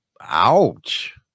ouch